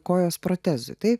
kojos protezui taip